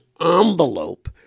envelope